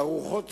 הרוחות סערו,